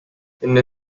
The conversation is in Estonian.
enne